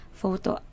photo